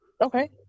Okay